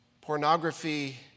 Pornography